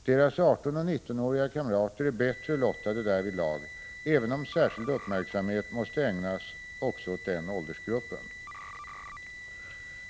Deras 18 och 19-åriga kamrater är bättre lottade därvidlag, även om särskild uppmärksamhet måste ägnas också åt den åldersgruppen.